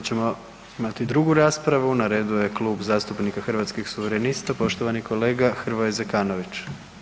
Sada ćemo imati i drugu raspravu, na redu je Klub zastupnika Hrvatskih suverenista, poštovani kolega Hrvoje Zekanović.